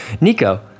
Nico